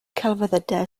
celfyddydau